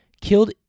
killed